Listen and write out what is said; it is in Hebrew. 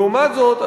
לעומת זאת,